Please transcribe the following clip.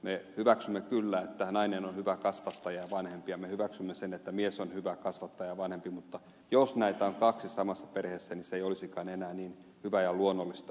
me hyväksymme kyllä että nainen on hyvä kasvattaja ja vanhempi ja me hyväksymme sen että mies on hyvä kasvattaja ja vanhempi mutta jos näitä on kaksi samassa perheessä niin se ei olisikaan enää niin hyvää ja luonnollista